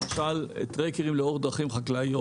למשל: טרקרים לאור דרכים חקלאיות.